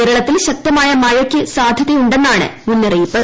കേരളത്തിൽ ശക്തമായ മഴയ്ക്ക് സാധ്യതയുണ്ടെന്നാണ് മുന്നറിയിപ്പ്